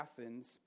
Athens